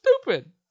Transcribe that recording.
stupid